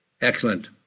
excellent